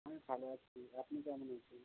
আমি ভালো আছি আপনি কেমন আছেন